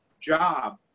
job